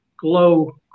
glow